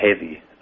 heavy